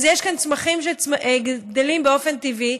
אז יש כאן צמחים שגדלים באופן טבעי,